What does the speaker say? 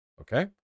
Okay